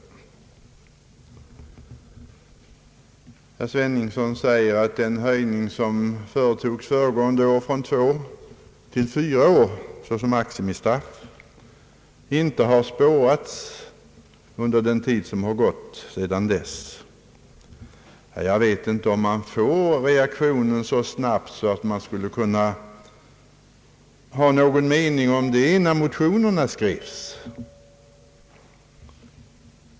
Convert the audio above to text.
Herr Sveningsson säger att den höjning som företogs föregående år från två år till fyra år såsom maximistraff inte visat några resultat under den tid som gått sedan dess. Jag vet inte om man över huvud taget kan vänta sig en så snabb reaktion så att man skulle kunna ha någon mening om resultatet när motionerna skrevs.